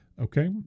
Okay